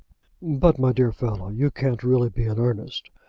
but, my dear fellow, you can't really be in earnest?